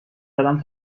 زدم